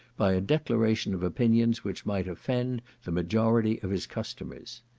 by a declaration of opinions which might offend the majority of his customers.